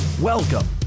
Welcome